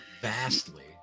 vastly